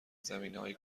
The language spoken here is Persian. زمینههای